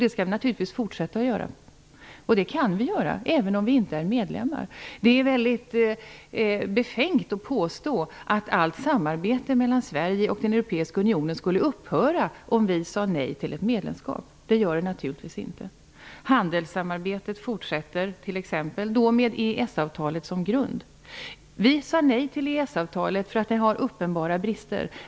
Det skall vi naturligtvis fortsätta att göra. Och det kan vi göra, även om vi inte är medlemmar. Det är befängt att påstå att allt samarbete mellan Sverige och Europeiska unionen skulle upphöra om vi sade nej till ett medlemskap. Det gör det naturligtvis inte. Handelssamarbetet t.ex. skulle då fortsätta med EES-avtalet som grund. Vi sade nej till EES-avtalet, därför att det har uppenbara brister.